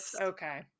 okay